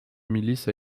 milice